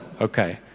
okay